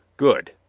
good.